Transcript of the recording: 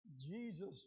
Jesus